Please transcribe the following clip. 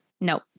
No